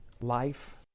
life